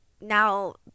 now